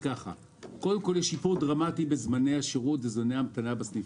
יש שיפור דרמטי בזמני השירות ובזמני ההמתנה בסניפים.